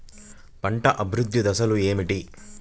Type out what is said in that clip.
పంట అభివృద్ధి దశలు ఏమిటి?